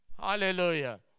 Hallelujah